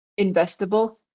investable